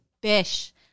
bish